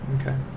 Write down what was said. Okay